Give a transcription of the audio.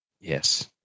Yes